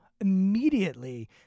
immediately